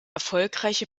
erfolgreiche